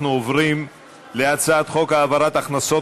אנחנו עוברים להצעת חוק העברת הכנסות